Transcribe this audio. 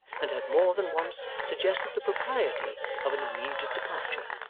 and had more than once suggested the propriety of an immediate departure,